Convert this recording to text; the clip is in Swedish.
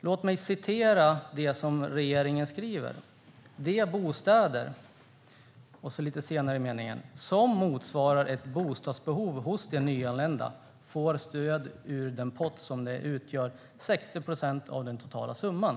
Låt mig upprepa det regeringen svarar: De bostäder som motsvarar ett bostadsbehov hos de nyanlända får stöd ur den pott som utgör 60 procent av den totala summan.